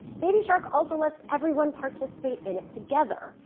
baby shark also lets everyone participate in it together.